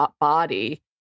body